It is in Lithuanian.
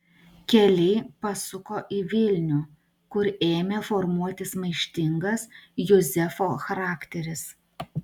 keliai pasuko į vilnių kur ėmė formuotis maištingas juzefo charakteris